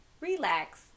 relax